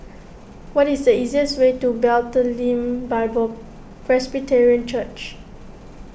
what is the easiest way to Bethlehem Bible Presbyterian Church